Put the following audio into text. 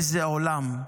באיזה עולם,